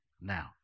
Now